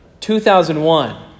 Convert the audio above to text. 2001